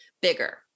bigger